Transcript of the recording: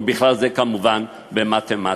ובכלל זה כמובן במתמטיקה.